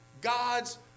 God's